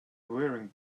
were